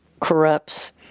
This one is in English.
corrupts